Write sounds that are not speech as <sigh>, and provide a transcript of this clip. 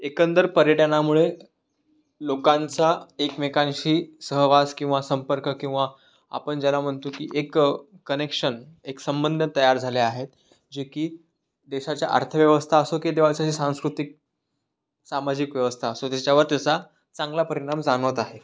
एकंदर पर्यटनामुळे लोकांचा एकमेकांशी सहवास किंवा संपर्क किंवा आपण ज्याला म्हणतो की एक कनेक्शन एक संबंध तयार झाले आहेत जे की देशाच्या अर्थव्यवस्था असो की <unintelligible> सांस्कृतिक सामाजिक व्यवस्था असो त्याच्यावर त्याचा चांगला परिणाम जाणवत आहे